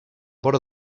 vora